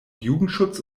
jugendschutz